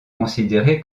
considéré